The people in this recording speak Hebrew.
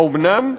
האומנם?